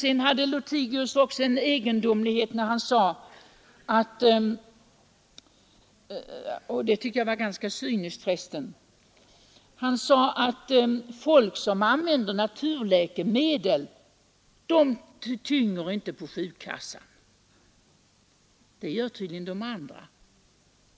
En egendomlighet var det också när herr Lothigius sade — det tycker jag för resten var ganska cyniskt — att folk som använder naturläkemedel tynger inte på sjukkassan. Det gör tydligen de andra.